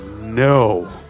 no